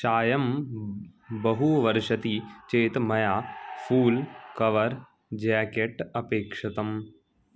सायं बहुवर्षति चेत् मया फ़ुल् कवर् ज्याकेट् अपेक्षितम्